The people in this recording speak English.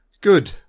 Good